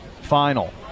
final